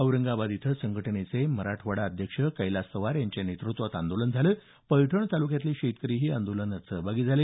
औरंगाबाद इथं संघटनेचे मराठवाडा अध्यक्ष कैलास तवार यांच्या नेतृत्वात आंदोलन झालं पैठण तालुक्यातले शेतकरीही आंदोलनात सहभागी झाले